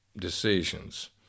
decisions